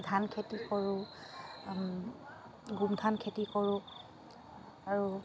ধান খেতি কৰোঁ গোম ধান খেতি কৰোঁ আৰু